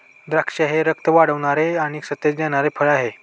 द्राक्षे हे रक्त वाढवणारे आणि सतेज देणारे फळ आहे